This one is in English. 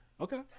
okay